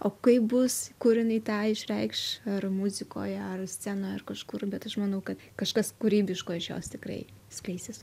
o kaip bus kur jinai tą išreikš ar muzikoje ar scenoj ar kažkur bet aš manau kad kažkas kūrybiško iš jos tikrai skleisis